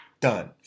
Done